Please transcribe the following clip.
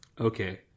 Okay